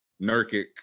Nurkic